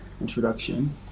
introduction